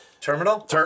Terminal